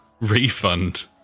Refund